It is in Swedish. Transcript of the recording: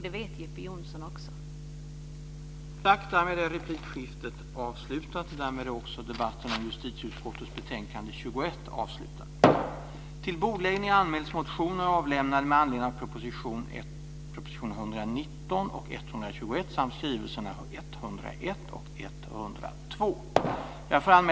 Det vet också Jeppe